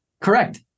Correct